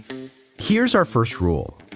here's our first rule.